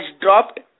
dropped